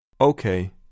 Okay